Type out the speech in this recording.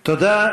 תודה.